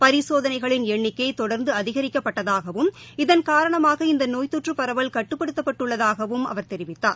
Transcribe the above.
பரிசோதனைகளின் எண்ணிக்கை தொடர்ந்து அதிகரிக்கப்பட்டதாகவும் இதன் காரணமாக இந்த நோய்த்தொற்று பரவல் கட்டுப்படுத்தப்பட்டு உள்ளதாகவும் அவர் தெரிவித்தார்